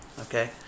okay